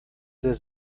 sehr